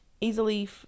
easily